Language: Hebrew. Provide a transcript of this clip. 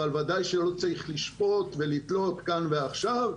אבל ודאי שלא צריך לשפוט ולתלות כאן ועכשיו,